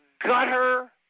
gutter